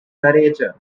narrator